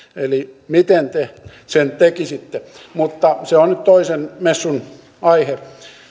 eli miten te sen tekisitte mutta se on nyt toisen messun aihe